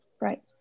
Right